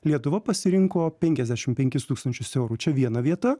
lietuva pasirinko penkiasdešim penkis tūkstančius eurų čia viena vieta